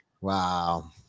wow